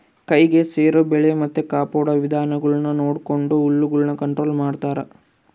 ಕೈಗೆ ಸೇರೊ ಬೆಳೆ ಮತ್ತೆ ಕಾಪಾಡೊ ವಿಧಾನಗುಳ್ನ ನೊಡಕೊಂಡು ಹುಳಗುಳ್ನ ಕಂಟ್ರೊಲು ಮಾಡ್ತಾರಾ